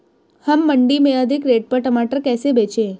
हम मंडी में अधिक रेट पर टमाटर कैसे बेचें?